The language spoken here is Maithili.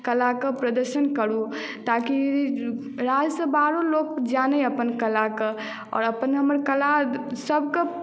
कलाके प्रदर्शन करू ताकि राज्यसँ बाहरो लोक जानै अपन कलाके आओर अपन हमर कला सबके